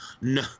No